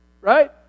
Right